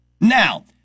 Now